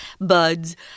buds